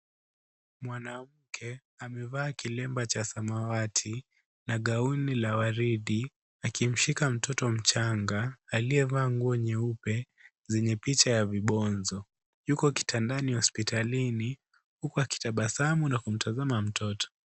Mwanamke amevaa kilemba cha zamawati na gauni la waridi, akimshika mtoto mchanga aliyevaa nguo nyeupe zenye picha ya vibonzo, yuko kitandani hospitalini huku akitabasamu akimtazama mtoto.